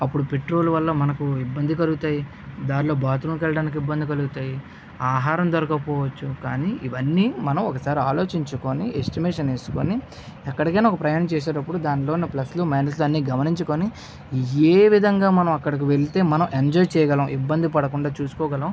అప్పుడు పెట్రోల్ వల్ల మనకు ఇబ్బంది కలుగుతుంది దారిలో బాత్రూంకి వెళ్ళడానికి ఇబ్బంది కలుగుతుంది ఆహారం దొరకకపోవచ్చు కానీ ఇవన్నీ మనం ఒకసారి ఆలోచించుకుని ఎస్టిమేషన్ వేసుకుని ఎక్కడికైనా ఒక ప్రయాణం చేసేటప్పుడు దానిలో ప్లస్లు మైనస్లు అన్ని గమనించుకుని ఏ విధంగా మనం అక్కడికి వెళ్తే మనం ఎంజాయ్ చెయ్యగలం ఇబ్బంది పడకుండా చూసుకోగలం